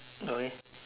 okay